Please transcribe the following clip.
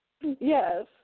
Yes